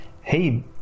Hey